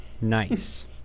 Nice